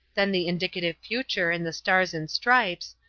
then the indicative future in the stars and stripes,